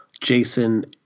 Jason